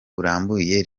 burambuye